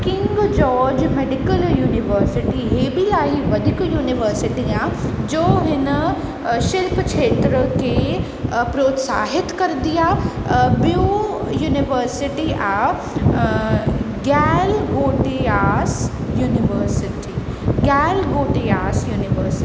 king George medical university ही बि इलाही वधीक युनिवर्सिटी आहे जंहिंजो हिन में शिल्प क्षेत्र खे प्रोत्साहित करंदी आहे ॿियूं युनिवर्सिटी आहे ग्यालगोटियास युनिवर्सिटी ग्यालगोटियास युनिवर्सिटी